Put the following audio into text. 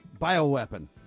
bioweapon